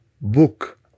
book